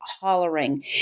hollering